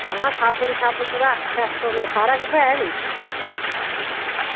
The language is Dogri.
आं साबन किश हत्थ धोने गी सारा किश ऐ नी